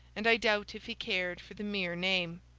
and i doubt if he cared for the mere name.